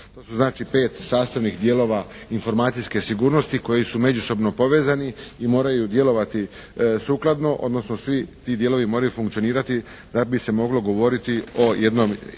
to su znači pet sastavnih dijelova informacijske sigurnosti koji su međusobno povezani i moraju djelovati sukladno, odnosno svi ti dijelovi moraju funkcionirati da bi se moglo govoriti o jednoj